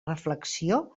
reflexió